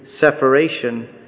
separation